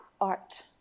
art